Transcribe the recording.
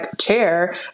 chair